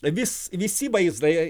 vis visi vaizdai